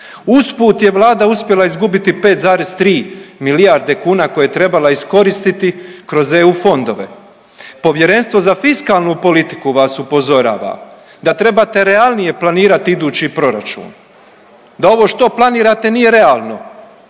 usput je vlada uspjela izgubiti 5,3 milijarde kuna koje je trebala iskoristiti kroz eu fondove. Povjerenstvo za fiskalnu politiku vas upozorava da trebate realnije planirati idući proračun, da ovo što planirate nije realno